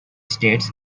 states